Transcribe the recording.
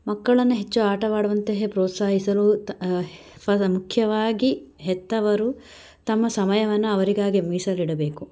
ಮಕ್ಕಳನ್ನು ಹೆಚ್ಚು ಆಟವಾಡುವಂತೆ ಪ್ರೋತ್ಸಾಹಿಸಲು ತ ಪದ ಮುಖ್ಯವಾಗಿ ಹೆತ್ತವರು ತಮ್ಮ ಸಮಯವನ್ನು ಅವರಿಗಾಗಿ ಮೀಸಲಿಡಬೇಕು